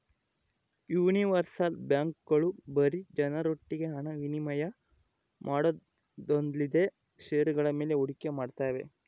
universal ಬ್ಯಾಂಕ್ಗಳು ಬರೀ ಜನರೊಟ್ಟಿಗೆ ಹಣ ವಿನಿಮಯ ಮಾಡೋದೊಂದೇಲ್ದೆ ಷೇರುಗಳ ಮೇಲೆ ಹೂಡಿಕೆ ಮಾಡ್ತಾವೆ